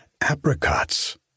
apricots